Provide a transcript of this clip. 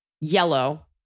yellow